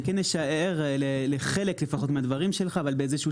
אני כן אשאר לחלק לפחות מהדברים שלך אבל באיזשהו